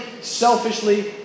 selfishly